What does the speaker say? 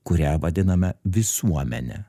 kurią vadiname visuomene